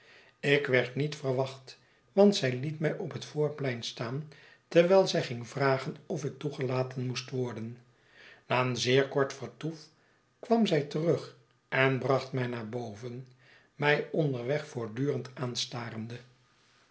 ik werd niet verwacht want zij liet mij op het voorplein staan terwijl zl ging vragen of ik toegelaten moest worden na een zeer kort vertoef kwam zij terug en bracht mij naar boven mij onderweg voortdurend aanstarende